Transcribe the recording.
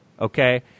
Okay